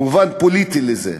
מובן פוליטי לזה.